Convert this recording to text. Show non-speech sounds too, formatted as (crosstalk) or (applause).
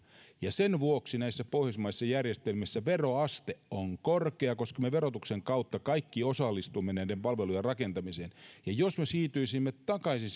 ja sen vuoksi näissä pohjoismaisissa järjestelmissä veroaste on korkea koska me verotuksen kautta kaikki osallistumme näiden palvelujen rakentamiseen jos me siirtyisimme takaisin (unintelligible)